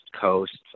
Coast